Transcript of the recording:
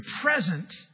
present